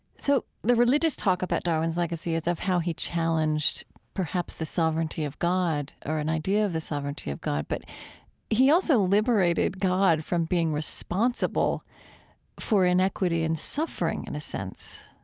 so the religious talk about darwin's legacy is of how he challenged perhaps the sovereignty of god or an idea of the sovereignty of god, but he also liberated god from being responsible for inequity and suffering, in a sense.